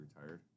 retired